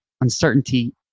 uncertainty